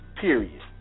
Period